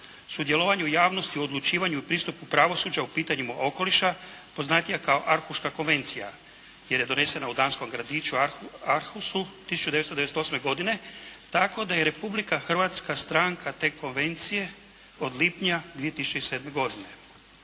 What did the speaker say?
sudjelovanju javnosti u pristupu pravosuđu u pitanjima okoliša poznatija kao Arhuška konvencija jer je donesena u danskom gradići Arhusu 1998. godine tako da je Republika Hrvatska stranka te konvencije od lipnja 2007. godine.